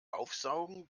aufsaugen